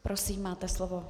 Prosím, máte slovo.